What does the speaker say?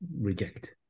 reject